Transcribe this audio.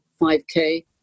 5K